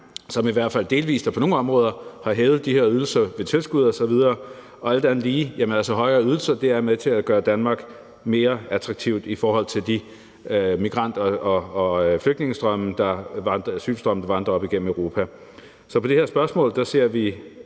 som i hvert fald delvis og på nogle områder har hævet de her ydelser ved hjælp af tilskud osv., og alt andet lige er højere ydelser med til at gøre Danmark mere attraktivt i forhold til de migrant- og asylstrømme, der vandrer op igennem Europa. Så i det her spørgsmål ser vi